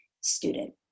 student